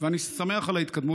אני שמח על ההתקדמות,